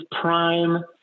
prime